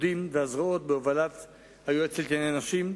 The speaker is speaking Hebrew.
הפיקודים והזרועות בהובלת היועצת לענייני נשים.